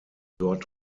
dort